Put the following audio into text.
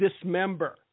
dismember